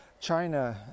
China